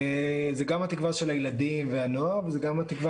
זה גם התקווה של הילדים והנוער וזה גם התקווה,